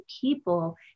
people